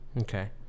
Okay